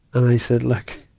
and i said, look.